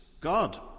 God